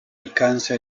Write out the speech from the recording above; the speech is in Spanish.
alcanza